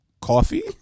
coffee